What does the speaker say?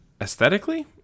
Aesthetically